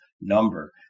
number